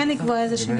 אתה לא תופיע שם.